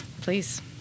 Please